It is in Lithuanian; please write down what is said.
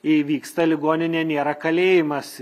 įvyksta ligoninė nėra kalėjimas